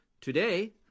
Today